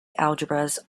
algebras